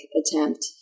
attempt